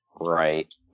Right